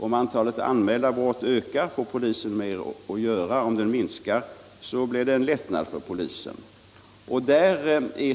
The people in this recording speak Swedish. Om antalet anmälda brott ökar får polisen mer att göra, om det minskar blir det en lättnad.